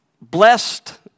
blessed